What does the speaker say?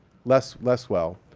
less less well.